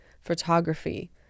photography